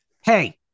Hey